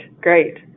great